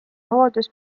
hooldust